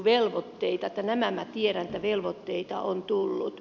nämä minä tiedän että velvoitteita on tullut